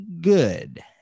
good